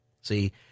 See